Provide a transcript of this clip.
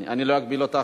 אני לא אגביל אותך,